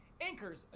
Anchor's